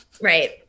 right